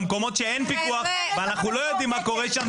במקומות שאין פיקוח ואנחנו לא יודעים מה קורה שם,